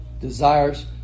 desires